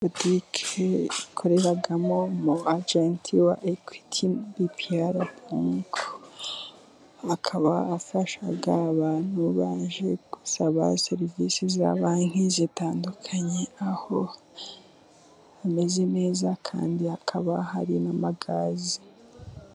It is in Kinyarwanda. Butiki ikoreramo mu agenti wa Ekwiti Bipiyara banki, akaba afasha abantu baje gusaba serivisi za banki zitandukanye, aho ameze neza kandi hakaba hari n'amagazi.